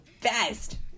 best